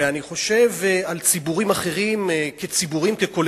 ואני חושב על ציבורים אחרים כקולקטיבים